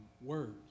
words